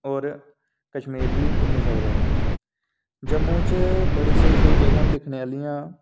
और कश्मीर बी घूमी सकदे ओ जम्मू च बड़ी स्हेई स्हेई जगह्ं न दिक्खने आह्लियां